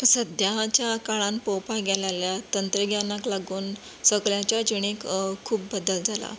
सद्याच्या काळांत पळोवपाक गेलें जाल्यार तंत्रज्ञानाक लागून सगल्यांच्या जिणेंक खूब बदल जाला